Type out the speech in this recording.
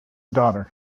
daughter